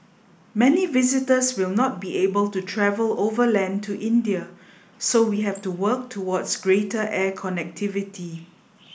many visitors will not be able to travel overland to India so we have to work towards greater air connectivity